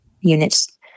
units